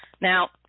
Now